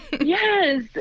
Yes